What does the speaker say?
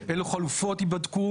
אילו חלופות ייבדקו